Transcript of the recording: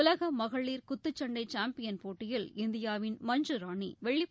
உலக மகளிர் குத்துச் சண்டை சாம்பியன் போட்டியில் இந்தியாவின் மஞ்சுராணி வெள்ளிப்